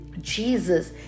Jesus